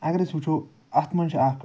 اَگر أسۍ وُچھُو اَتھ منٛز چھُ اَکھ